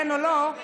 כן או לא,